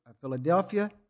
Philadelphia